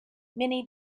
many